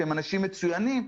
שהם אנשים מצוינים,